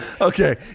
Okay